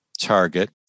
target